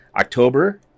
October